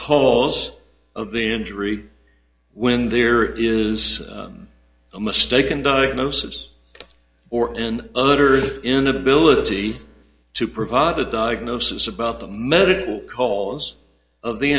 cause of the injury when there is a mistaken diagnosis or in utter inability to provide a diagnosis about the medical cause of the